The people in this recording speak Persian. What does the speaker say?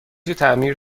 تعمیر